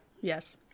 Yes